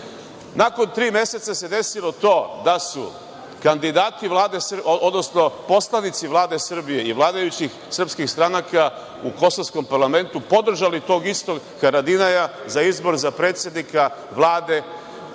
itd. Nakon tri meseca se desilo to da su poslanici Vlade Srbije i vladajućih srpskih stranaka u kosovskom parlamentu podržali tog istog Haradinaja za izbor za predsednika Vlade tzv.